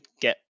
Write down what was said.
get